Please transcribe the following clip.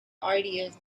ideas